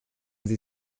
sie